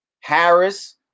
Harris